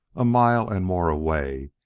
a mile and more away,